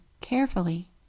carefully